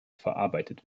verarbeitet